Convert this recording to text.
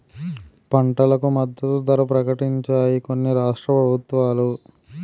పంటలకు మద్దతు ధర ప్రకటించాయి కొన్ని రాష్ట్ర ప్రభుత్వాలు